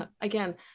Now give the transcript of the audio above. again